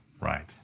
Right